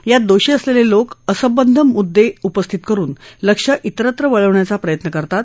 यात दोषी असलेले लोक असंबदध मुददे उपस्थित करुन लक्ष इतरत्र वळवण्याचा प्रयत्न करतात